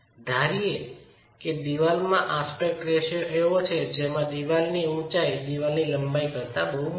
ધારીએ કે દિવાલમાં એસ્પેક્ટ રેશિયો એવો છે જેમાં દિવાલની ઊચાઈ દિવાલની લંબાઈ કરતાં ઘણી મોટી છે